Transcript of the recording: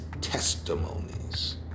testimonies